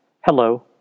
Hello